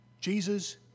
Jesus